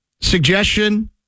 suggestion